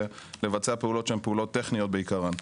לבצע פעולות שהן פעולות טכניות בעיקרן.